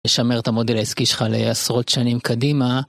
לשמר את המודל העסקי שלך לעשרות שנים קדימה.